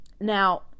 Now